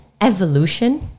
evolution